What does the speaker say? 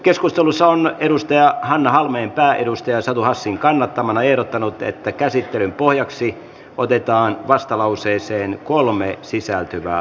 yleiskeskustelussa on hanna halmeenpää satu hassin kannattamana ehdottanut että käsittelyn pohjaksi otetaan vastalauseeseen kolme sisältyvän